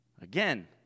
Again